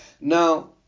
Now